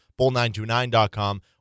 bull929.com